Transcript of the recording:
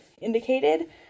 indicated